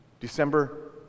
December